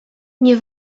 nie